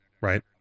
right